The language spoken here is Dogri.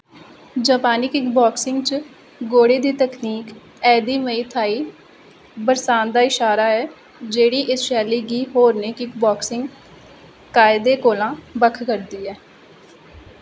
जापानी किकबाक्सिंग च गोडे दी तकनीक एह्दी मय थाई बरासत दा इशारा ऐ जेह्ड़ी इस शैली गी होरनें किकबाक्सिंग कायदें कोला बक्ख करदी ऐ